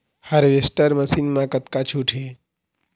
Harvester machine मा कतका छूट हे?